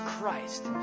Christ